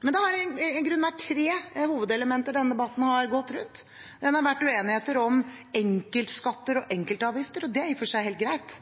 Men det har i grunnen vært tre hovedelementer i denne debatten. Det ene har vært uenighet om enkeltskatter og enkeltavgifter, og det er i og for seg helt greit,